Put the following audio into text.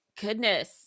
goodness